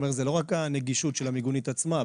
זהו לא רק הנגישות של המיגונית עצמה.